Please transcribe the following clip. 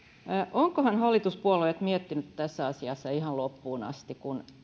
ovatkohan hallituspuolueet miettineet tässä asiassa ihan loppuun asti kun